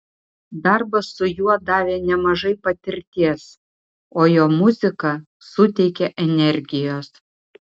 darbas su juo davė nemažai patirties o jo muzika suteikia energijos